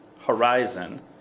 horizon